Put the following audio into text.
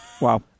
wow